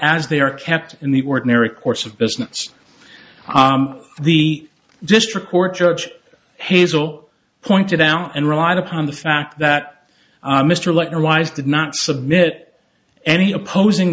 as they are kept in the ordinary course of business the district court judge hazel pointed out and relied upon the fact that mr lechner wise did not submit any opposing